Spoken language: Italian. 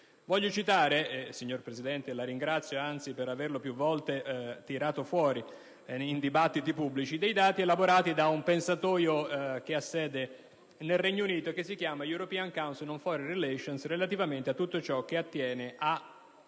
Voglio citare, signora Presidente - la ringrazio, anzi, per averli più volte fatti emergere in dibattiti pubblici - dei dati elaborati da un pensatoio, che ha sede nel Regno Unito e che si chiama *The European Council on Foreign Relations,* relativamente a tutto ciò che attiene ad